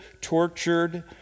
tortured